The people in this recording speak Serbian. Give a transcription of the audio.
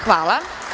Hvala.